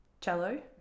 cello